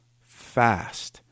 fast